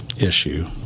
issue